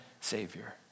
savior